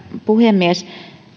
puhemies